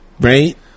right